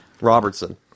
Robertson